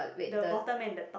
the bottom and the top